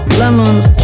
lemons